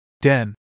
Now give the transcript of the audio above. Den